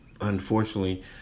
unfortunately